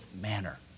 manner